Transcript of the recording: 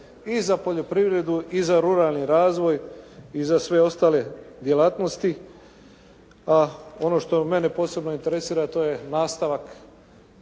i za poljoprivredu i za ruralni razvoj i za sve ostale djelatnosti. A ono što mene posebno interesira to je nastavak